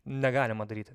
negalima daryti